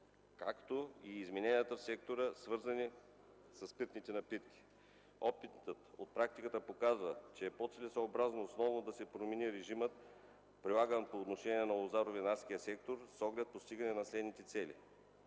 както и измененията в сектора, свързани със спиртните напитки. Опитът от практиката показва, че е по-целесъобразно основно да се промени режимът, прилаган по отношение на лозаро-винарския сектор, с оглед постигане на следните цели: